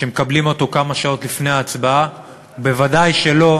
שמקבלים אותו כמה שעות לפני ההצבעה, ודאי שלא